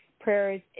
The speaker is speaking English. prayers